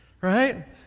right